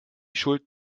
schuld